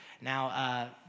Now